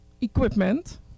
equipment